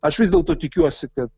aš vis dėlto tikiuosi kad